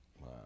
Wow